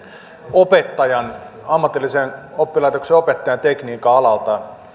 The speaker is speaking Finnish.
tekniikan alan ammatillisen oppilaitoksen opettajan